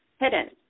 hidden